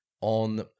On